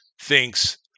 thinks